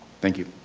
thank you.